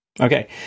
Okay